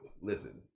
Listen